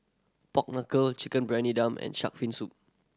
pork knuckle Chicken Briyani Dum and shark fin soup